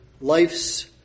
life's